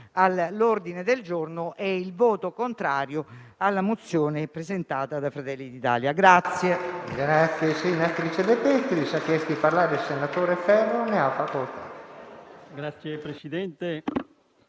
all'ordine del giorno e il voto contrario alla mozione presentata da Fratelli d'Italia.